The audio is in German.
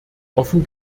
offen